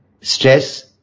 Stress